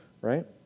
right